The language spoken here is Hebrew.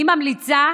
אני ממליצה,